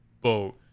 boat